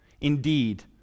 Indeed